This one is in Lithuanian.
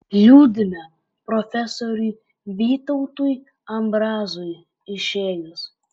liūdime profesoriui vytautui ambrazui išėjus